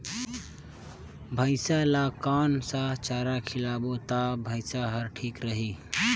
भैसा ला कोन सा चारा खिलाबो ता भैंसा हर ठीक रही?